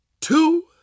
two